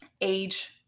Age